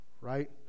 right